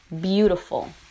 Beautiful